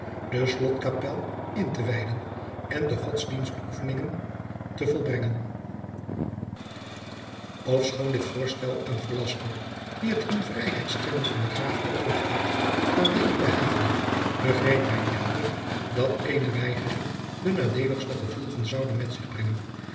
de slotkapel in te wijden en de godsdienstoefeningen te volbrengen ofschoon dit voorstel aan velasco die het in vrijheid stellen van den graaf beöogd had maar weinig behaagde begreep hij echter dat eene weigering de nadeeligste gevolgen zoude met zich brengen